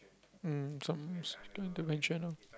mm i was going to mention ah